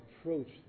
approach